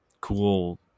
cool